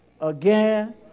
again